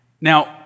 Now